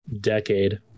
decade